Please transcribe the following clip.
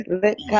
let